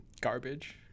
Garbage